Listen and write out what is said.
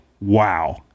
Wow